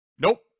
Nope